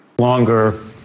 Longer